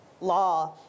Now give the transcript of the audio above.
law